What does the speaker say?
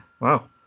Wow